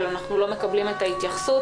אבל אנחנו לא מקבלים את ההתייחסות.